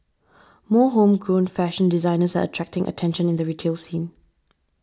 more homegrown fashion designers are attracting attention in the retail scene